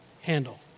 handle